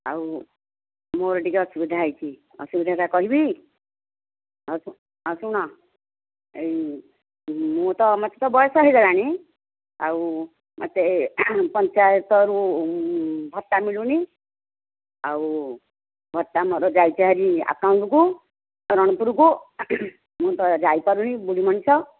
ଆଉ ମୋର ଟିକେ ଅସୁବିଧା ହୋଇଛି ଅସୁବିଧାଟା କହିବି ଆଉ ଆଉ ଶୁଣ ଏହି ମୁଁ ତ ମୋତେ ତ ବୟସ ହୋଇଗଲାଣି ଆଉ ମୋତେ ପଞ୍ଚାୟତରୁ ଭତ୍ତା ମିଳୁନି ଆଉ ଭତ୍ତା ମୋର ଯାଇଛି ହେରି ଆକାଉଣ୍ଟକୁ ରଣପୁରକୁ ମୁଁ ତ ଯାଇପାରୁନି ବୁଢ଼ୀ ମଣିଷ